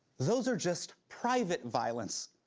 those are just private violence.